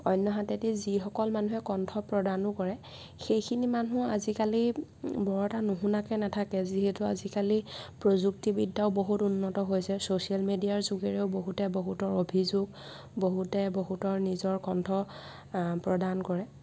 অন্যহাতেদি যিসকল মানুহে কণ্ঠ প্ৰদানো কৰে সেইখিনি মানুহ আজিকালি বৰ এটা নুশুনাকৈ নেথাকে যিহেতু আজিকালি প্ৰযুক্তিবিদ্যায়ো বহুত উন্নত হৈছে চচিয়েল মিডিয়াৰ যোগেৰেও বহুতে বহুতৰ অভিযোগ বহুতে বহুতৰ নিজৰ কণ্ঠ প্ৰদান কৰে